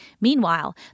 Meanwhile